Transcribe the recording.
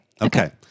Okay